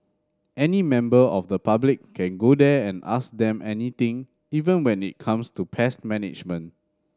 any member of the public can go there and ask them anything even when it comes to pest management